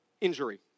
injury